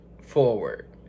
forward